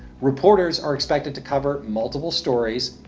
reporters are expected to cover multiple stories,